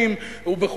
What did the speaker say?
היא תוכננה לפי רבעים,